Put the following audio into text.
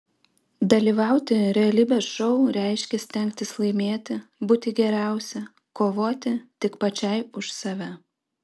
dalyvauti realybės šou reiškia stengtis laimėti būti geriausia kovoti tik pačiai už save